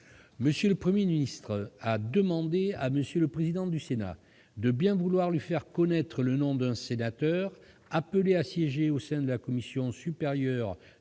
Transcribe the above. M. le Premier ministre a demandé à M. le Président du Sénat de bien vouloir lui faire connaître le nom d'un sénateur appelé à siéger au sein de la Commission supérieure